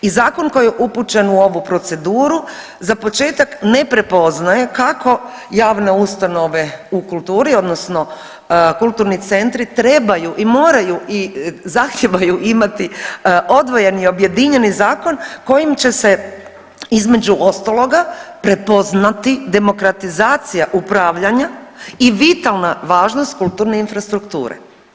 I zakon koji je upućen u ovu proceduru za početak ne prepoznaje kako javne ustanove u kulturi odnosno kulturni centri trebaju i moraju i zahtijevaju imati odvojeni objedinjeni zakon kojim će se između ostaloga prepoznati demokratizacija upravljanja i vitalna važnost kulturne infrastrukture.